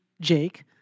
Jake